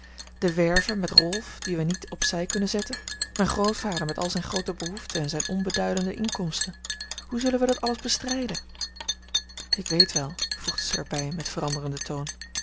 de werve met rolf dien wij niet op zij kunnen zetten mijn grootvader met al zijne groote behoeften en zijne onbeduidende inkomsten hoe zullen wij dat alles bestrijden ik weet wel voegde zij er bij met veranderenden toon